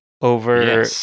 over